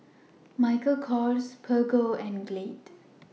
Michael Kors Peugeot and Glade